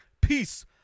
Peace